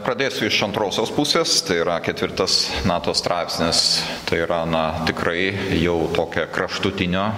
pradėsiu iš antrosios pusės tai yra ketvirtas nato straipsnis tai yra na tikrai jau tokia kraštutinio